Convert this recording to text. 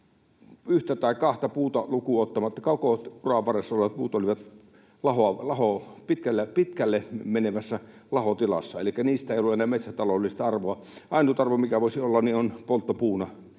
yhtä tai kahta puuta lukuun ottamatta koko uran varressa puut olivat pitkälle menevässä lahotilassa, elikkä niistä ei ollut enää metsätaloudellista arvoa. Ainut arvo, mikä voisi olla, on polttopuuna,